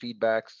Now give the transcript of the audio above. feedbacks